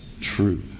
true